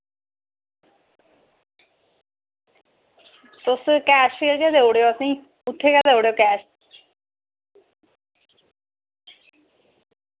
तुस कैश गै देई ओड़ेओ असेंगी उत्थें गै देई ओड़ेओ कैश